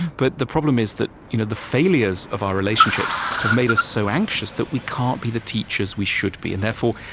but the problem is that you know the failures of our relationships have made us so anxious that we can't be the teachers we should be. and therefore,